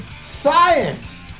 Science